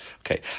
Okay